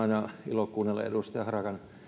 aina ilo kuunnella edustaja harakan